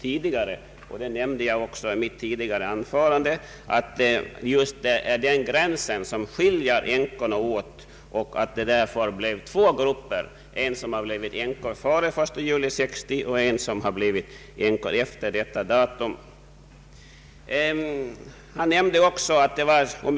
Jag nämnde också i mitt första anförande att det är just den gränsen som delat upp änkorna i två grupper, en bestående av dem som blev änkor före den 1 juli 1960 och en som utgörs av dem som blivit änkor efter detta datum.